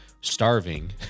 starving